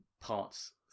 parts